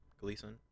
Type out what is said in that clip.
Gleason